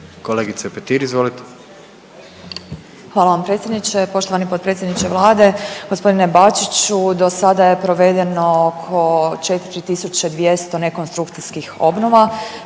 Marijana (Nezavisni)** Hvala vam predsjedniče. Poštovani potpredsjedniče Vlade g. Bačiću. Do sada je provedeno oko 4.200 ne konstrukcijskih obnova